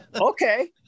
Okay